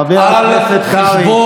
חבר הכנסת קרעי.